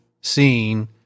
seen